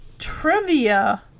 trivia